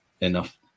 enough